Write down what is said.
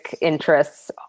interests